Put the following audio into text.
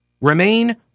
remain